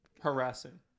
Harassing